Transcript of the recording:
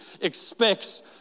expects